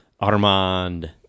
Armand